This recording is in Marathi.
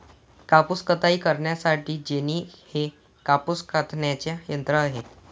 कापूस कताई करण्यासाठी जेनी हे कापूस कातण्याचे यंत्र आहे